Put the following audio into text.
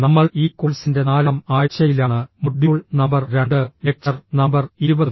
നമ്മൾ ഈ കോഴ്സിന്റെ നാലാം ആഴ്ചയിലാണ് മൊഡ്യൂൾ നമ്പർ 2 ലെക്ചർ നമ്പർ 20